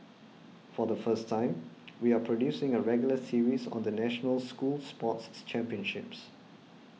for the first time we are producing a regular series on the national school sports championships